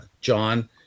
john